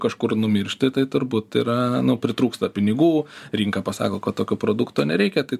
kažkur numiršta tai turbūt yra nu pritrūksta pinigų rinka pasako kad tokio produkto nereikia tai